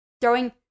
throwing